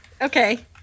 Okay